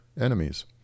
enemies